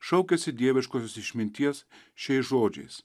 šaukiasi dieviškosios išminties šiais žodžiais